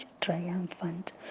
triumphant